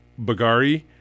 Bagari